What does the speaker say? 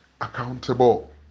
accountable